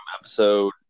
episode